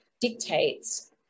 dictates